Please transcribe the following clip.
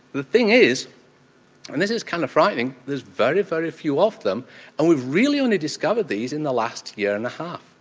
the thing is and this is kind of frightening there's very, very few of them and we've really only discovered these in the last year and a half.